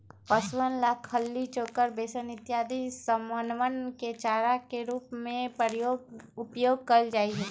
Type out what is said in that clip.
पशुअन ला खली, चोकर, बेसन इत्यादि समनवन के चारा के रूप में उपयोग कइल जाहई